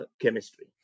chemistry